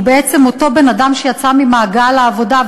בעצם אותו בן-אדם שיצא ממעגל העבודה,